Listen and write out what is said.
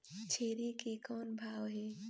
छेरी के कौन भाव हे?